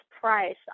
price